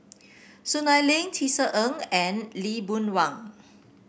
Soon Ai Ling Tisa Ng and Lee Boon Wang